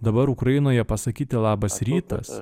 dabar ukrainoje pasakyti labas rytas